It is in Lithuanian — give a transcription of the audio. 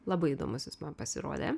labai įdomus jis man pasirodė